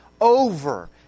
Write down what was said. over